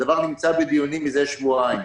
הדבר נמצא בדיונים מזה שבועיים.